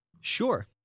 Sure